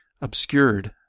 obscured